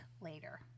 later